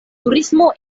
turismo